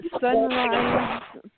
Sunrise